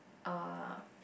are